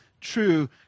true